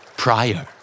prior